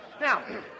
Now